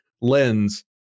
lens